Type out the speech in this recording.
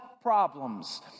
problems